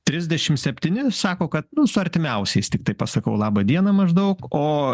trisdešimt septyni sako kad su artimiausiais tiktai pasakau laba diena maždaug o